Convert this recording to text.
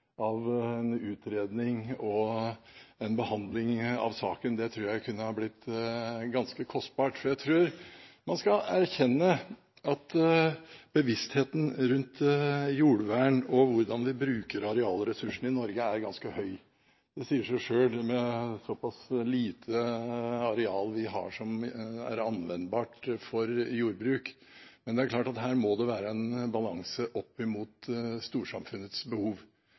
av en utredning og en behandling av saken. Det tror jeg kunne ha blitt ganske kostbart. Jeg tror man skal erkjenne at bevisstheten rundt jordvern og hvordan vi bruker arealressursene i Norge, er ganske høy. Det sier seg selv med såpass lite areal vi har som er anvendbart for jordbruk. Men det er klart at det her må være en balanse opp mot storsamfunnets behov